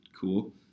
cool